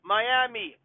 Miami